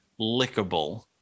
lickable